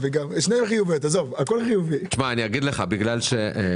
לפנסיה וכמובן כל אחד לפי הצבירה שלו אבל הצעד הזה אמור להגדיל את הקצבה